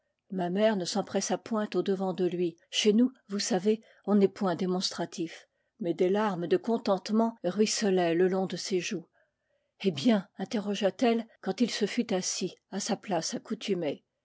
ma mère ne s'em pressa point au-devant de lui chez nous vous savez on n'est point démonstratif mais des larmes de contentement ruisselaient le long de ses joues eh bien interrogea t elle quand il se fut assis à sa place accoutumée